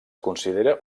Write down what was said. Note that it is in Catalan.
considera